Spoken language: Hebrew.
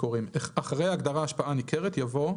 (2)אחרי ההגדרה "השפעה ניכרת" יבוא: